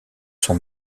son